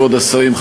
כבוד השרים,